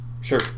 Sure